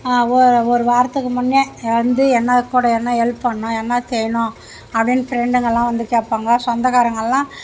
ஒரு வாரத்துக்கு முன்னே வந்து என்னை கூட என்ன ஹெல்ப் பண்ணும் என்ன செய்யணும் அப்படின்னு ஃப்ரெண்டுங்கெலாம் வந்து கேட்பாங்க சொந்தக்காரங்கெலாம்